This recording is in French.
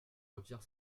retire